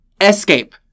Escape